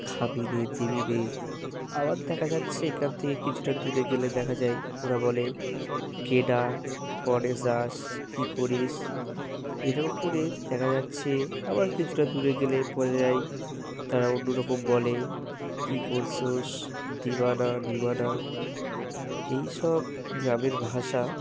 খাবি রে দিবি রে আবার দেখা যাচ্ছে এখান থেকে কিছুটা দূরে গেলে দেখা যায় ওরা বলে কেডা কড়ে যাস কী করিস এরকম করে দেখা যাচ্ছে আবার কিছুটা দূরে গেলে বোঝা যায় তারা অন্য রকম বলে কী করছোস দিবা না নিবা না এই সব গ্রামের ভাষা